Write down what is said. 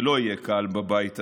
זה לא יהיה קל בבית הזה.